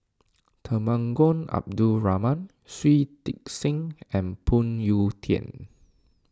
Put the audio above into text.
Temenggong Abdul Rahman Shui Tit Sing and Phoon Yew Tien